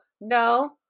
no